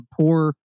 poor